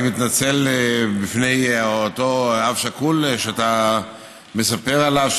אני מתנצל בפני אותו אב שכול שאתה מספר עליו,